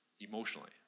emotionally